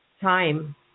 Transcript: time